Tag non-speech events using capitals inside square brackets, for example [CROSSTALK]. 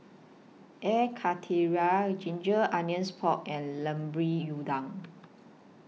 Air Karthira Ginger Onions Pork and [UNINTELLIGIBLE] Udang